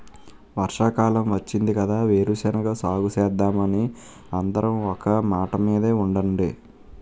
వర్షాకాలం వచ్చింది కదా వేరుశెనగ సాగుసేద్దామని అందరం ఒకే మాటమీద ఉండండి